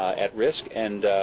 at risk and